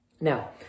Now